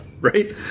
right